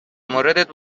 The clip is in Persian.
موردت